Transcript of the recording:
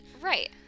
Right